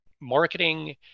marketing